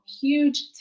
Huge